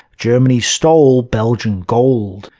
germany stole belgian gold.